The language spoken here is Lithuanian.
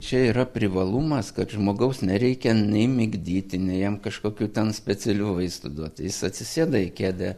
čia yra privalumas kad žmogaus nereikia nei migdyti nei jam kažkokių specialių vaistų duot jis atsisėda į kėdę